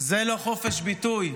זה לא חופש ביטוי,